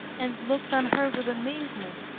and looked on her with amazement,